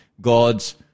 God's